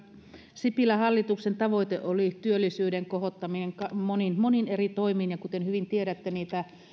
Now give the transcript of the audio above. sipilän hallituksen tavoite oli työllisyyden kohottaminen monin monin eri toimin ja kuten hyvin tiedätte niitä